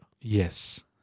Yes